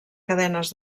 cadenes